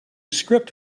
script